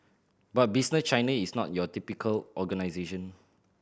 but Chinese is not your typical organisation